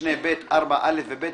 משנה (ב)(4)(א) ו-(ב),